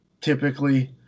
Typically